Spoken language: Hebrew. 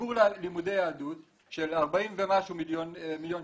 תגבור לימודי יהדות של 40 ומשהו מיליון שקל.